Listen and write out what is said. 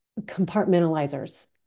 compartmentalizers